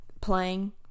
playing